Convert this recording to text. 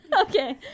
Okay